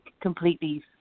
completely